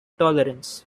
tolerance